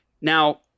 Now